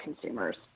consumers